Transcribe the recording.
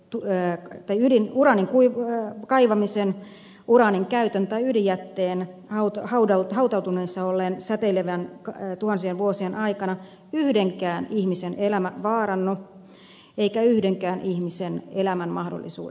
tulleet töihin uran huippu ja uraanin kaivamisen tai käytön vuoksi tai ydinjätteen säteillessä hautautuneena tuhansien vuosien aikana yhdenkään ihmisen elämä vaarannu eivätkä yhdenkään ihmisen elämän mahdollisuudet heikenny